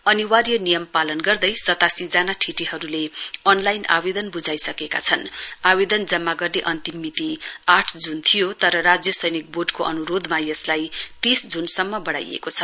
अनिर्वाय नियम पालन गर्दै सतासीजना ठिटीहरूले अनलिन आवेदन व्झाइसकेका छन आवेदन जमा गर्ने अन्तिम मिति आठ जून थियो तर राज्य सैनिक बोर्डको अन्रोधमा यसलाई तीस जून सम्म बढ़ाइएको छ